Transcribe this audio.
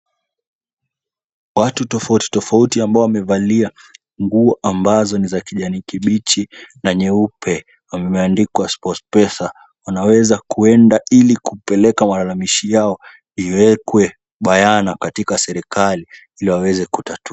Watu tofautitofauti ambao wamevalia nguo ambazo ni za kijani kibichi na nyeupe wameandikwa sport pesa wanaweza kuenda ili kupeleka malalamishi yao iwekwe bayana katika serikali ili waweze kutatua.